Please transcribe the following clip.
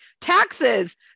taxes